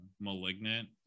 malignant